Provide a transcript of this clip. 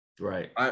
Right